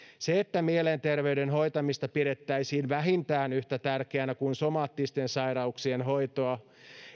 se että mielenterveyden hoitamista pidettäisiin vähintään yhtä tärkeänä kuin somaattisten sairauksien hoitoa